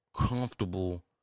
comfortable